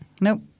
Nope